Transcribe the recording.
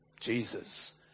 Jesus